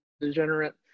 degenerate